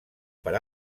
per